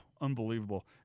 Unbelievable